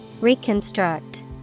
Reconstruct